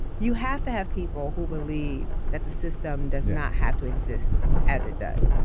you have to have people who believe that the system does not have to exist, as it does.